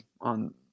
on